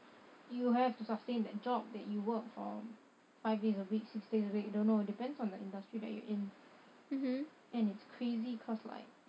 you have to sustain that job that you work for five days a week six days a week don't know depends on the industry that you're in and it's crazy cause like